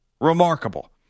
remarkable